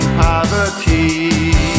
poverty